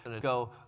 go